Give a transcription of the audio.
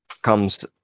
comes